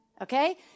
okay